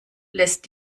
lässt